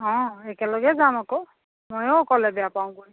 অ' একেলগে যাম আকৌ ময়ো অকলে বেয়া পাওঁ গৈ